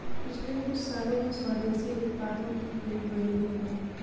पिछले कुछ सालों में स्वदेशी उत्पादों की खरीद बढ़ी है